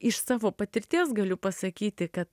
iš savo patirties galiu pasakyti kad